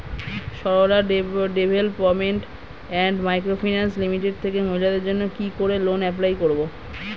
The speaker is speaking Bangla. Sarala Development and Micro Finance Limited থেকে মহিলাদের জন্য কি করে লোন এপ্লাই করব?